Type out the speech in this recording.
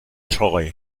troyes